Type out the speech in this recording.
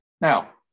Now